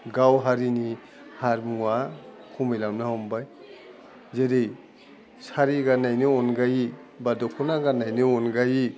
गाव हारिनि हारिमुवा खमायलांनो हमबाय जेरै सारि गान्नायनि अनगायै बा दख'ना गान्नायनि अनगायै